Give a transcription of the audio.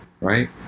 right